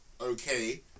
okay